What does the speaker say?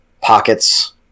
pockets